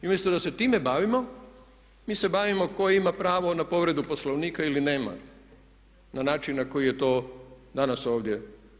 I umjesto da se time bavimo mi se bavimo tko ima pravo na povredu Poslovnika ili nema, na način na koji je to danas ovdje prakticirano.